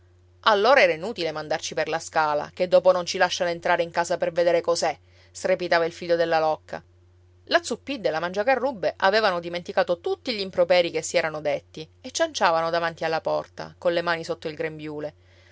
allora era inutile mandarci per la scala che dopo non ci lasciano entrare in casa per vedere cos'è strepitava il figlio della locca la zuppidda e la mangiacarrubbe avevano dimenticato tutti gli improperi che si erano detti e cianciavano davanti alla porta colle mani sotto il grembiule